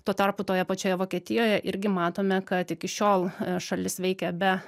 tuo tarpu toje pačioje vokietijoje irgi matome kad iki šiol šalis veikia be